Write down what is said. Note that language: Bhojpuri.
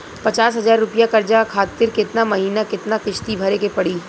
पचास हज़ार रुपया कर्जा खातिर केतना महीना केतना किश्ती भरे के पड़ी?